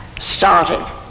started